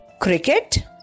Cricket